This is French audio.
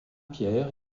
pierre